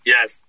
Yes